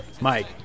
Mike